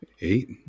Eight